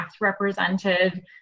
represented